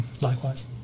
Likewise